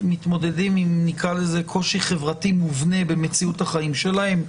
שמתמודדים עם קושי חברתי מובנה במציאות החיים שלהם,